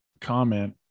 comment